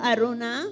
Aruna